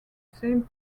same